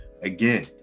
Again